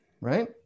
Right